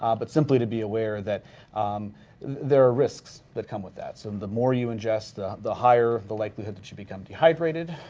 um but simply to be aware that there are risks that come with that. so the more you ingest the the higher the likelihood that you become dehydrated,